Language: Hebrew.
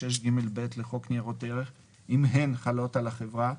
ו-36ג(ב) לחוק ניירות ערך אם הן חלות על החברה,